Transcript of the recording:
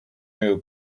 new